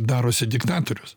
darosi diktatorius